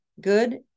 Good